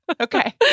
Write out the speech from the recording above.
Okay